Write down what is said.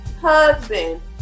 husband